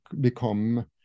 become